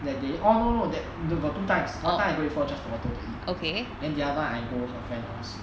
that day oh no no that there got two times one time I go to just to ORTO to eat then the other one I go her friend house